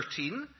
13